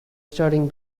starting